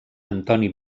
antoni